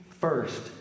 first